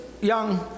young